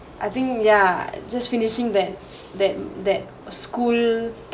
I think ya just finishing then that that school